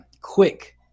quick